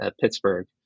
Pittsburgh